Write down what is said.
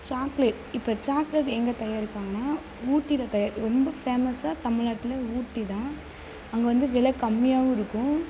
chocolate இப்போ chocolate எங்கே தயாரிப்பாங்கன்னா ஊட்டியில் ரொம்ப ஃபேமஸாக தமிழ்நாட்டில் ஊட்டிதான் அங்கே வந்து விலை கம்மியாகவும் இருக்கும்